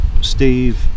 Steve